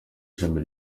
ishami